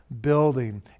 building